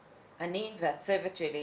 אני והצוות שלי